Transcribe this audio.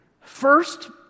First